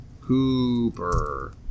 Cooper